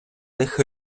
них